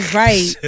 right